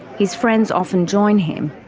his friends often join him.